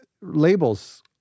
labels